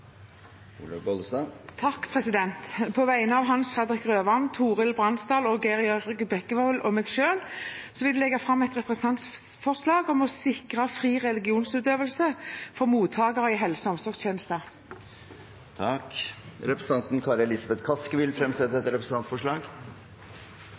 På vegne av representantene Hans Fredrik Grøvan, Torhild Bransdal, Geir Jørgen Bekkevold og meg selv vil jeg legge fram et representantforslag om å sikre fri religionsutøvelse for mottakere av helse- og omsorgstjenester. Representanten Kari Elisabeth Kaski vil fremsette